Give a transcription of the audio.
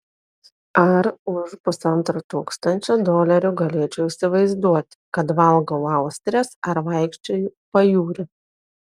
ar už pusantro tūkstančio dolerių galėčiau įsivaizduoti kad valgau austres ar vaikščioju pajūriu